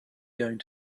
going